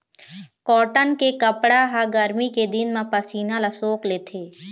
cotton के कपड़ा ह गरमी के दिन म पसीना ल सोख लेथे